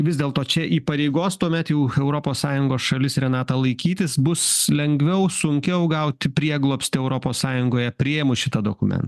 vis dėlto čia įpareigos tuomet jau europos sąjungos šalis renata laikytis bus lengviau sunkiau gauti prieglobstį europos sąjungoje priėmus šitą dokumen